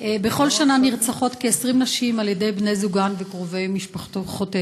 בכל שנה נרצחות כ-20 נשים על ידי בני זוגן וקרובי משפחותיהן.